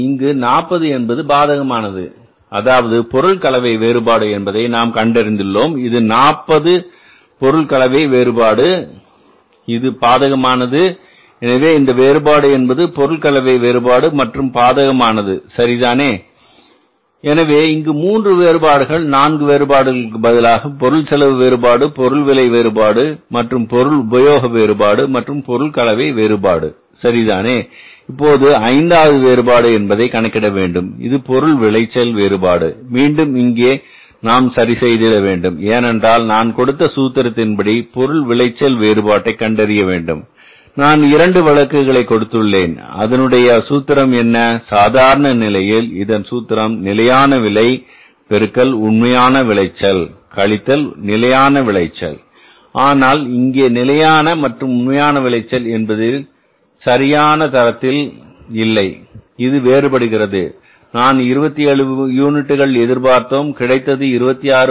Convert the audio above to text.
இங்கு 40 என்பது பாதகமானது அதாவது பொருள் கலவை வேறுபாடு என்பதை நாம் கண்டறிந்துள்ளோம் இது 40 இது பொருள் கலவை வேறுபாடு இது பாதகமானது எனவே இந்த வேறுபாடு என்பது பொருள் கலவை வேறுபாடு மற்றும் பாதகமானது சரிதானே எனவே இங்கு 3 வேறுபாடுகள் நான்கு வேறுபாடுகள் பதிலாக பொருள் செலவு வேறுபாடு பொருள் விலை வேறுபாடு பொருள் உபயோக வேறுபாடு மற்றும் பொருள் கலவை வேறுபாடு சரிதானே இப்போது ஐந்தாவது வேறுபாடு என்பதை கணக்கிட வேண்டும் இது பொருள் விளைச்சல் வேறுபாடு மீண்டும் இங்கே நாம் சரி செய்திட வேண்டும் ஏனென்றால் நான் கொடுத்த சூத்திரத்தின் படி பொருள் விளைச்சல் வேறுபாட்டை கண்டறிய வேண்டும் நான் 2 வழக்குகளை கொடுத்துள்ளேன் அதனுடைய சூத்திரம் என்ன சாதாரண நிலையில் இதன் சூத்திரம் நிலையான விலை பெருக்கல் உண்மையான விளைச்சல் கழித்தல் நிலையான விளைச்சல் ஆனால் இங்கே நிலையான மற்றும் உண்மையான விளைச்சல் என்பது சரியான தரத்தில் இல்லை இது வேறுபடுகிறது நான் 27 யூனிட்டுகள் எதிர்பார்த்தோம் கிடைத்தது 26